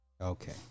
okay